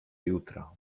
jutra